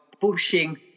pushing